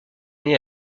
née